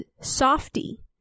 Softy